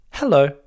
Hello